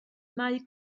mae